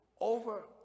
over